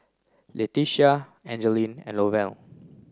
Letitia Angeline and Lovell